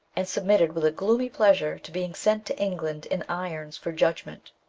and submitted with a gloomy pleasure to being sent to england in irons, for judgment.